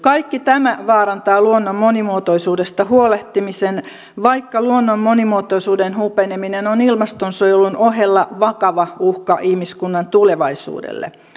kaikki tämä vaarantaa luonnon monimuotoisuudesta huolehtimisen vaikka luonnon monimuotoisuuden hupeneminen on ilmastonsuojelun ohella vakava uhka ihmiskunnan tulevaisuudelle